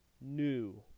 new